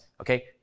okay